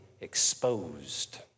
exposed